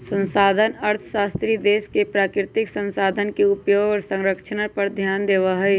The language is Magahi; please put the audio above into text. संसाधन अर्थशास्त्री देश के प्राकृतिक संसाधन के उपयोग और संरक्षण पर ध्यान देवा हई